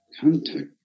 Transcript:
contact